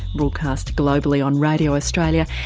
broadcast globally on radio australia,